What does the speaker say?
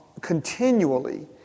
continually